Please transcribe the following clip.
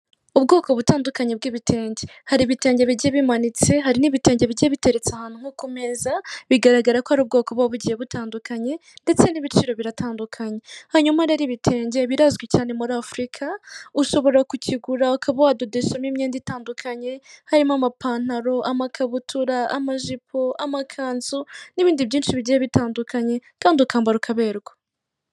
Ubwoko butandukanye bw'ibitenge, hari ibitenge bigiye bimanitse hari n'ibitenge bigiye biteretse ahantu nko ku meza, bigaragara ko ari ubwoko buba bugiye butandukanye ndetse n'ibiciro biratandukanye. Hanyuma rero ibitenge birazwi cyane muri afurika, ushobora kukigura ukaba wadodeshamo imyenda itandukanye harimo amapantaro, amakabutura, amajipo, amakanzu n'ibindi byinshi bigiye bitandukanye kandi ukambara ukaberwa.